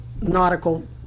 nautical